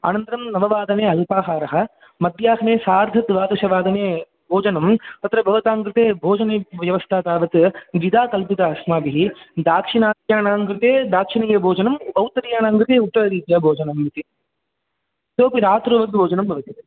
अनन्तरं नववादने अल्पाहारः मध्याह्ने सार्धद्वादशवादने भोजनं तत्र भवतां कृते भोजने व्यवस्था तावत् द्विधा कल्पिता अस्माभिः दाक्षिणात्यानां कृते दाक्षिणीयभोजनम् औत्तरीयाणां कृते उत्तररीत्या भोजनम् इति इतोपि रात्रौ भोजनं भवति